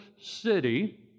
city